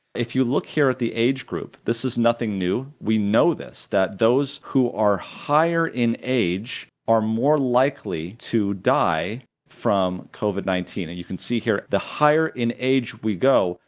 if you look here at the age group this is nothing new. we know this that those who are higher in age are more likely to die from covid nineteen, and you can see here the higher in age we go,